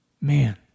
man